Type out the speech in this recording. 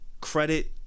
credit